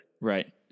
Right